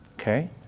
okay